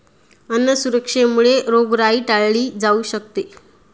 अन्न सुरक्षेमुळे रोगराई टाळली जाऊ शकते